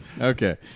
Okay